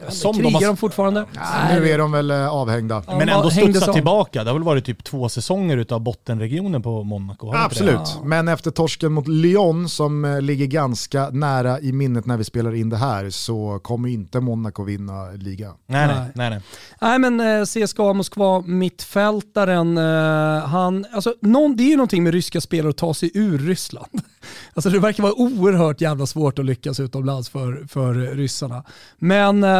Ja, men Som krigar de har s- de fortfarande? Ja, nu Nej. är de väl, eh, avhängda. Ja, Men de ändå hängde studsar som- tillbaka. Det har väl varit typ två säsonger utav bottenregionen på Monaco, har det inte det? Absolut. Ja. Men efter torsken mot Lyon, som, eh, ligger ganska nära i minnet när vi spelar in det här, så kommer ju inte Monaco vinna ligan. Nej, nej. Nej. Nej, nej. Nej, men, eh, CSKA Moskva, mittfältaren, eh, han- alltså, nån- det är ju någonting med ryska spelare att ta sig ur Ryssland. Alltså, det verkar vara oerhört jävla svårt att lyckas utomlands för- för ryssarna. Men, eh,